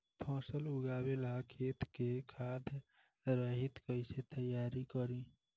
फसल उगवे ला खेत के खाद रहित कैसे तैयार करी?